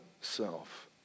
self